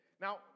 Now